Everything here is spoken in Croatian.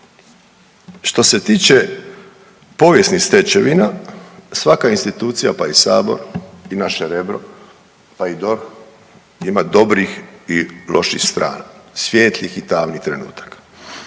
Što se tiče povijesnih stečevina, svaka institucija pa i Sabor i naše Rebro pa i DORH ima dobrih i loših stranih, svijetlih i tamnih trenutaka.